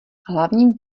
hlavní